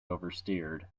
oversteered